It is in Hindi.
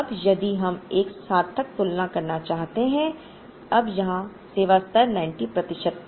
अब यदि हम एक सार्थक तुलना करना चाहते हैं अब यहाँ सेवा स्तर 90 प्रतिशत था